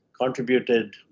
contributed